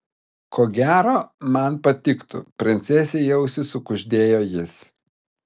ko gero man patiktų princesei į ausį sukuždėjo jis